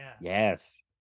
Yes